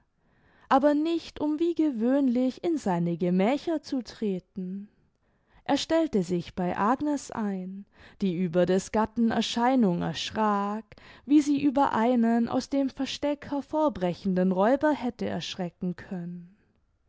aber nicht um wie gewöhnlich in seine gemächer zu treten er stellte sich bei agnes ein die über des gatten erscheinung erschrak wie sie über einen aus dem versteck hervorbrechenden räuber hätte erschrecken können